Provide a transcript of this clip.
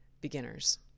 beginners